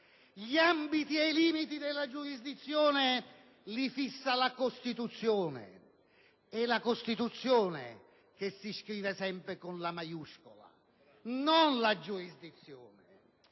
Gli ambiti e i limiti della giurisdizione li fissa la Costituzione. È la Costituzione che si scrive sempre con la lettera maiuscola, non la giurisdizione.